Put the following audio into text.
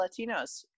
Latinos